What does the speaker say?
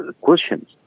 questions